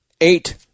eight